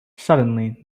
suddenly